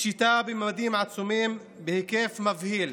פשיטה בממדים עצומים, בהיקף מבהיל.